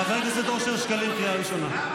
חבר הכנסת אושר שקלים, קריאה ראשונה.